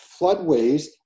floodways